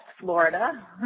Florida